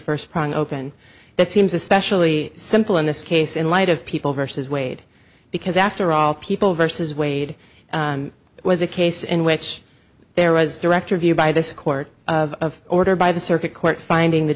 prying open that seems especially simple in this case in light of people versus wade because after all people versus wade was a case in which there was director view by this court of order by the circuit court finding the